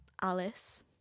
Alice